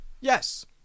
Yes